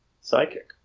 psychic